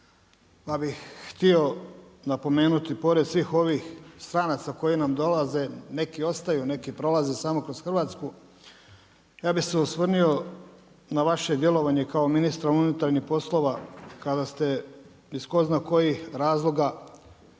Pa bi htio napomenuti, pored svih ovih stranaca koji nam dolaze, neki ostaju, a neki prolaze samo kroz Hrvatsku, ja bi se osvrnuo, na vaše djelovanje kao ministra unutarnjih poslova, kada ste iz ko zna iz kojih razloga